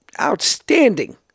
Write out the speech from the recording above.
Outstanding